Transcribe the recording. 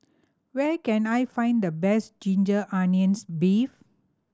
where can I find the best ginger onions beef